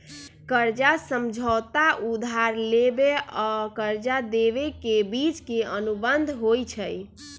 कर्जा समझौता उधार लेबेय आऽ कर्जा देबे के बीच के अनुबंध होइ छइ